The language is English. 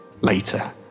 Later